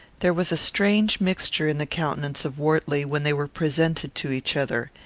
there was a strange mixture in the countenance of wortley when they were presented to each other.